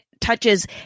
touches